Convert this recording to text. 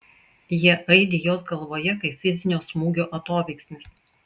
jie aidi jos galvoje kaip fizinio smūgio atoveiksmis